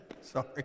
Sorry